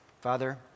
Father